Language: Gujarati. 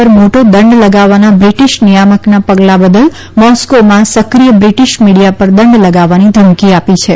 પર મોટો દંડ લગાવવાના બ્રિટિશ નિયામકના પગલા બદલ મોસ્કોમાં સક્રિય બ્રિટિશ મીડિયા પર દંડ લગાવવાની ધમકી આપી છે